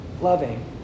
loving